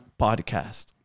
podcast